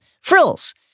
frills